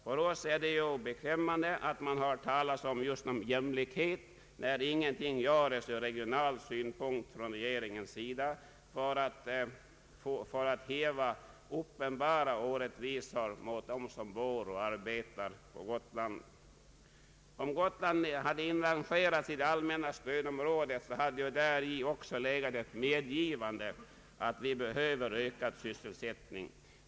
För oss är det beklämmande att höra talas om jämlikhet, när ingenting göres ur regional synpunkt från regeringens sida för att häva uppenbara orättvisor mot dem som bor och arbetar på Gotland. Om Gotland hade inrangerats i det allmänna stödområdet, så hade däri legat ett medgivande att vi behöver ökad sysselsättning.